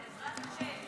בעזרת השם.